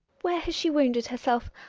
where has she wounded herself?